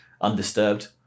undisturbed